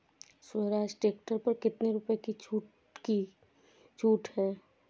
Swaraj tractor पर कितनी रुपये की छूट है?